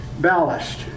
Ballast